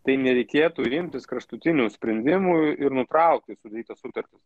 tai nereikėtų imtis kraštutinių sprendimų ir nutraukti sudarytas sutartis